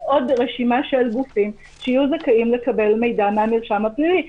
עוד רשימה של גופים שיהיו זכאים לקבל מידע מהמרשם הפלילי,